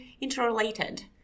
interrelated